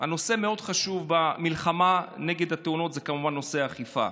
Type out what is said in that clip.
נושא מאוד חשוב במלחמה נגד התאונות הוא כמובן האכיפה.